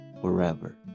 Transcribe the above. forever